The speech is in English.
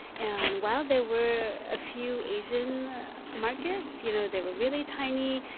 and while there were a few asian markets, you know, they were really tiny,